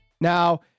Now